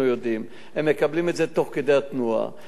הם מקבלים את זה תוך כדי התנועה והם מצליחים,